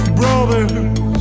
brothers